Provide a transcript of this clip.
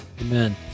Amen